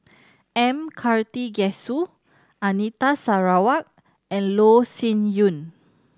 M Karthigesu Anita Sarawak and Loh Sin Yun